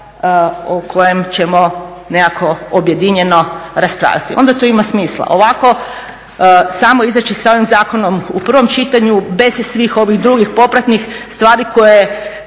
o kojem ćemo nekako objedinjeno raspravljati, onda to ima smisla. Ovako samo izaći s ovim zakonom u prvom čitanju bez svih ovih drugih popratnih stvari koje